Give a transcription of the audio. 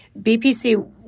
BPC